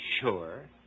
sure